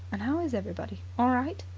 and how is everybody? all right?